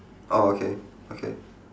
orh okay okay